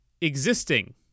existing